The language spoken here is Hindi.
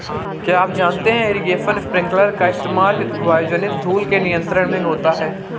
क्या आप जानते है इरीगेशन स्पिंकलर का इस्तेमाल वायुजनित धूल के नियंत्रण में होता है?